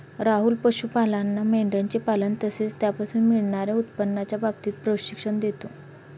राहुल पशुपालांना मेंढयांचे पालन तसेच त्यापासून मिळणार्या उत्पन्नाच्या बाबतीत प्रशिक्षण देतो